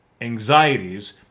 anxieties